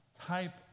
type